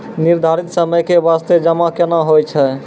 निर्धारित समय के बास्ते जमा केना होय छै?